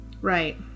Right